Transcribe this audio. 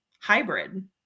hybrid